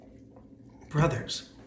Brothers